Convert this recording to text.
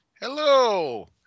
Hello